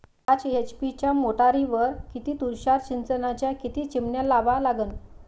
पाच एच.पी च्या मोटारीवर किती तुषार सिंचनाच्या किती चिमन्या लावा लागन?